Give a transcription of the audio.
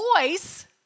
voice